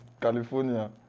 California